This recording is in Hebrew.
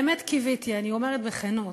באמת קיוויתי, אני אומרת בכנות,